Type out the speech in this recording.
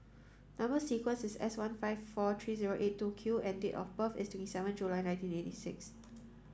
number sequence is S one five four three zero eight two Q and date of birth is twenty seven July nineteen eighty six